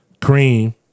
Cream